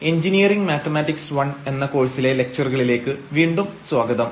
engineering mathematics I എന്ന കോഴ്സിലെ ലക്ച്ചറുകളിലേക്ക് വീണ്ടും സ്വാഗതം